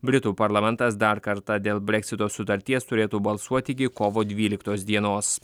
britų parlamentas dar kartą dėl breksito sutarties turėtų balsuoti iki kovo dvyliktos dienos